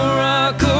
rock